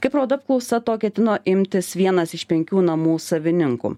kaip rodo apklausa to ketino imtis vienas iš penkių namų savininkų